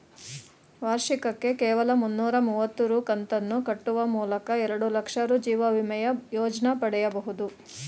ವಾರ್ಷಿಕಕ್ಕೆ ಕೇವಲ ಮುನ್ನೂರ ಮುವತ್ತು ರೂ ಕಂತನ್ನು ಕಟ್ಟುವ ಮೂಲಕ ಎರಡುಲಕ್ಷ ರೂ ಜೀವವಿಮೆಯ ಯೋಜ್ನ ಪಡೆಯಬಹುದು